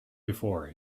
before